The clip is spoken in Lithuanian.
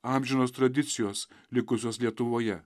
amžinos tradicijos likusios lietuvoje